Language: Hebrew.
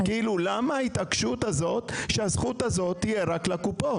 למה ההתעקשות הזאת שהזכות הזאת תהיה רק לקופות?